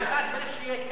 או אסור שיהיו קרייניות?